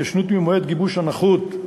התיישנות ממועד גיבוש הנכות),